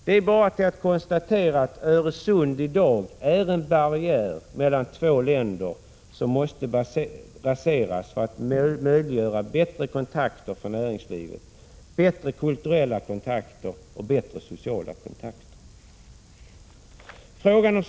Vi kan konstatera att Öresund i dag är en barriär mellan två länder, vilken måste raseras för möjliggörande av bättre kontakter för näringslivet, bättre kulturella kontakter och bättre sociala kontakter.